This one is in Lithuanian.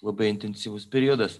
labai intensyvus periodas